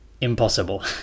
impossible